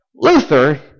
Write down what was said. Luther